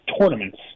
tournaments